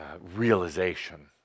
realization